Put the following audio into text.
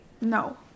no